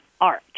art